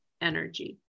energy